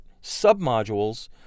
sub-modules